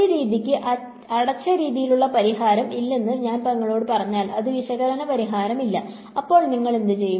ഒരു രീതിക്ക് അടച്ച രീതിയിലുള്ള പരിഹാരം ഇല്ലെന്ന് ഞാൻ നിങ്ങളോട് പറഞ്ഞാൽ അതിന് വിശകലന പരിഹാരമില്ല അപ്പോൾ നിങ്ങൾ എന്തു ചെയ്യും